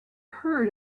heard